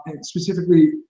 specifically